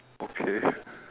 okay